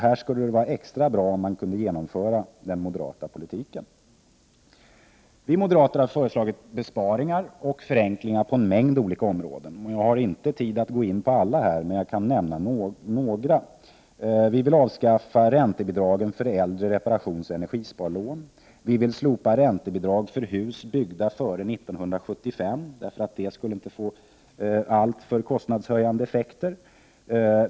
Här skulle det vara extra bra om man kunde genomföra den moderata politiken. Vi moderater har föreslagit besparingar och förenklingar på en mängd olika områden. Jag har inte tid att här gå in på alla dessa förslag, men jag kan nämna några. Vi vill avskaffa räntebidragen för äldre reparationsoch energisparlån. Vi vill slopa räntebidragen för hus byggda före 1975, eftersom det inte skulle få alltför kostnadshöjande effekter.